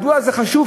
מדוע זה חשוב,